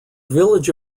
village